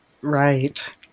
Right